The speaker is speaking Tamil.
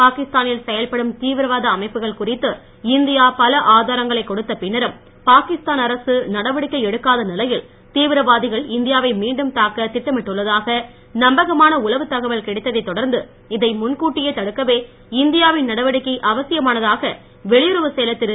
பாகிஸ்தா னில் செயல்படும் தீவிரவாத அமைப்புகள் குறித்து இந்தியா பல ஆதாரங்களைக் கொடுத்த பின்னரும் பாகிஸ்தான் அரசு நடவடிக்கை எடுக்காத நிலையில் தீவிரவாதிகள் இந்தியா வை மீண்டும் தாக்க திட்டமிட்டுள்ளதாக நம்பகமான உளவுத் தகவல் கிடைத்ததத் தொடர்ந்து இதை முன்கூட்டியே தடுக்கவே இந்தியா வின் நடவடிக்கை அவசியமானதாக வெளியுறவுச் செயலர் திரு